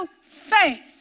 faith